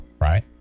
right